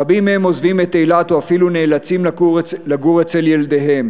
רבים מהם עוזבים את אילת או אפילו נאלצים לגור אצל ילדיהם.